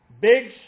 big